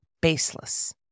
baseless